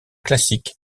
classique